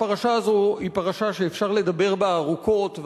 הפרשה הזאת היא פרשה שאפשר לדבר בה ארוכות,